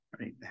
right